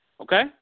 Okay